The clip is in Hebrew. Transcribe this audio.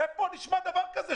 איפה נשמע דבר כזה,